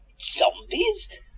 zombies